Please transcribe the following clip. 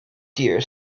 deer